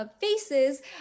Faces